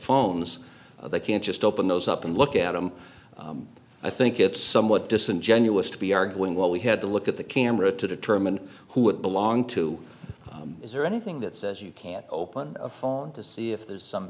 phones they can't just open those up and look at them i think it's somewhat disingenuous to be arguing well we had to look at the camera to determine who would belong to is there anything that says you can't open a phone to see if there's some